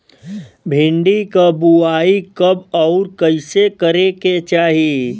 भिंडी क बुआई कब अउर कइसे करे के चाही?